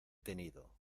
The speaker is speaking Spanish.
tenido